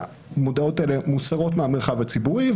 המודעות האלה מוסרות מהמרחב הציבורי,